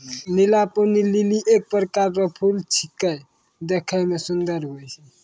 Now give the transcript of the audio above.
नीला पानी लीली एक प्रकार रो फूल छेकै देखै मे सुन्दर हुवै छै